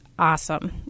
Awesome